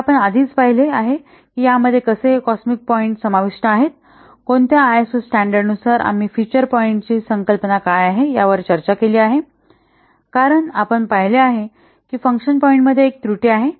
हे आपण आधीच पाहिले आहे की यामध्ये कसे कॉस्मिक पॉईंट समाविष्ट आहेत कोणत्या आयएसओ स्टॅंडर्ड नुसार आम्हीफिचर पॉईंट ची संकल्पना काय आहे यावर चर्चा केली आहे कारण आपण पाहिले आहे की फंक्शन पॉईंट मध्ये एक त्रुटी आहे